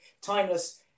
timeless